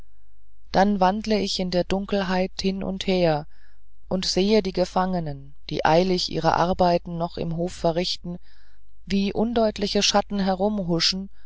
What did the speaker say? dann wandle ich in der dunkelheit hin und her und sehe die gefangenen die eilig ihre arbeiten noch im hofe verrichten wie undeutliche schatten